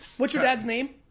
what's your dad's name?